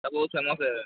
ତାକୁ ସେନ ଦେ